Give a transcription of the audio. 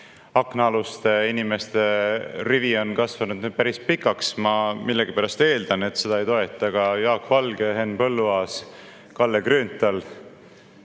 Aknaaluste inimeste rivi on kasvanud päris pikaks. Ma millegipärast eeldan, et seda ei toeta ka Jaak Valge, Henn Põlluaas, Kalle Grünthal.